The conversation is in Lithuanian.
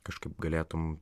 kažkaip galėtum